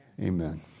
Amen